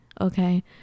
Okay